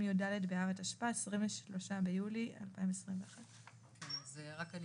ביום י"ד באב התשפ"א (23 ביולי 2021). רק אני